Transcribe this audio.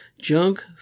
junk